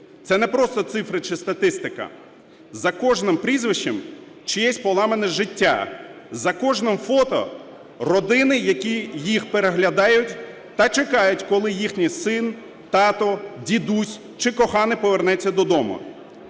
Це не просто цифри чи статистика, за кожним прізвищем – чиєсь поломане життя, за кожним фото – родини, які їх переглядають та чекають, коли їхній син, тато, дідусь чи коханий повернеться додому.